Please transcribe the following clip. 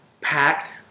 packed